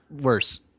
worse